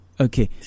Okay